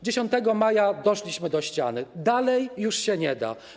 10 maja doszliśmy do ściany, dalej już się nie da.